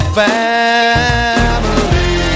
family